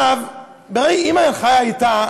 אם ההנחיה הייתה,